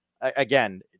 again